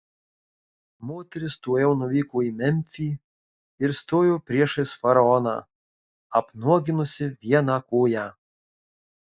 moteris tuojau nuvyko į memfį ir stojo priešais faraoną apnuoginusi vieną koją